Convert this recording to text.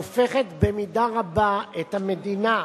הופכת במידה רבה את המדינה,